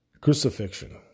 Crucifixion